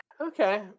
Okay